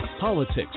politics